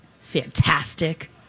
fantastic